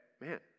man